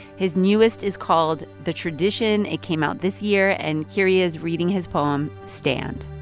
his newest is called the tradition. it came out this year. and here he is reading his poem stand.